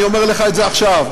אני אומר לך את זה עכשיו,